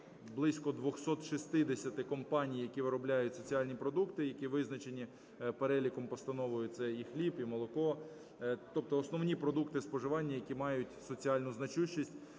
близько 260 компаній, які виробляють соціальні продукти, які визначені переліком, постановою, це і хліб, і молоко, тобто основні продукти споживання, які мають соціальну значущість.